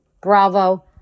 Bravo